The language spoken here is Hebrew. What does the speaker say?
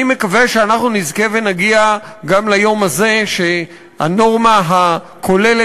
אני מקווה שאנחנו נזכה ונגיע גם ליום הזה שהנורמה הכוללת,